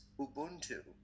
ubuntu